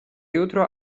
jutro